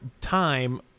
time